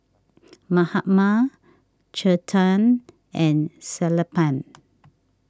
Mahatma Chetan and Sellapan